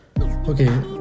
Okay